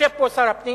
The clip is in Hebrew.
יושב פה שר הפנים,